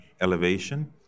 elevation